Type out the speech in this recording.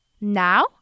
Now